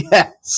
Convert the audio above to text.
Yes